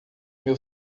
meu